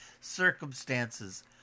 circumstances